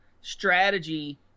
strategy